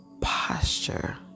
posture